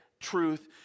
truth